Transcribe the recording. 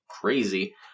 crazy